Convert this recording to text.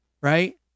right